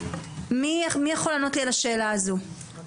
מי יכול לענות לי על השאלה הזו?